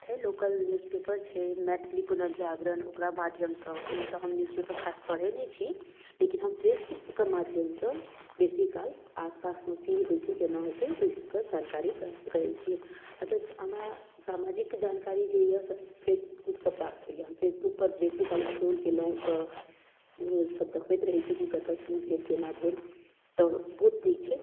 छै local newspaper छै मैथिली पुनर्जागरण ओकरा माध्यमसँ ओना तऽ हम न्यूज पेपर खास पढ़ै नहि छी लेकिन हम फेसबुकके माध्यमसँ बेसीकाल आसपासमे कि होइ छै कोना होइ छै एहिसबके जानकारी प्राप्त करै छी मतलब हमरा सामाजिक जानकारी जे अइ से फेसबुकसँ प्राप्त होइए हम फेसबुकपर बेसीकाल स्क्रॉल कएलहुँ तऽ न्यूजसब देखबैत रहै छै कि कतऽ कि भेल कोना भेल तऽ बहुत नीक छै